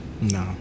No